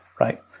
right